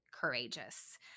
courageous